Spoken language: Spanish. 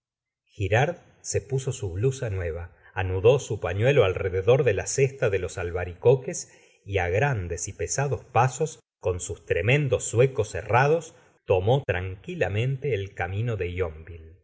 girard se puso su blusa nueva anudó su pañuelo alrededor de la cesta de los albaricoques y á grandes y pesados pasos con sus tremendos zuecos herrados tomó tranquilamente el camino de